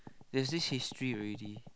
there is this history already